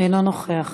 אינו נוכח.